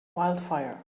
wildfire